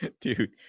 Dude